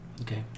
Okay